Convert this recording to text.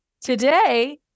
Today